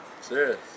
Serious